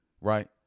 right